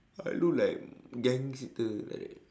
I look like gangster like that